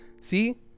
See